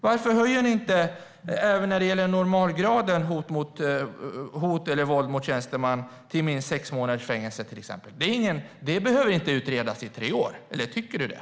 Varför höjer ni inte till exempelvis minst sex månaders fängelse även för normalgraden av hot eller våld mot tjänsteman? Det behöver inte utredas i tre år. Eller tycker du det?